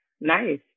Nice